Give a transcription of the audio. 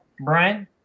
Brian